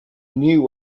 knew